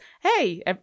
hey